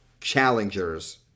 challengers